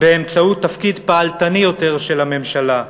באמצעות תפקיד פעלתני יותר של הממשלה.